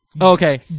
okay